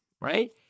right